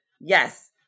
Yes